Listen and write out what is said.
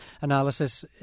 analysis